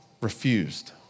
Refused